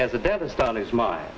has a dentist on his m